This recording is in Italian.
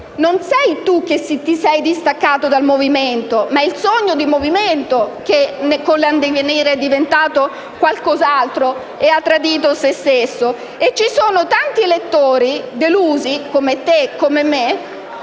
non sei tu a esserti distaccato dal Movimento, ma è il sogno del Movimento che, con l'addivenire, è diventato qualcos'altro e ha tradito se stesso. Ci sono tanti elettori delusi, come te e come me,